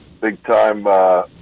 big-time